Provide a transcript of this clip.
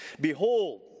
Behold